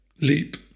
leap